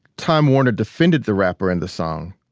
time warner defended the rapper and the song.